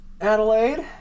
Adelaide